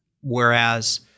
whereas